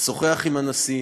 משוחח עם הנשיא,